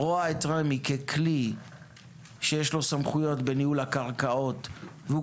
רואה את רמ"י ככלי שיש לו סמכויות בניהול הקרקעות והוא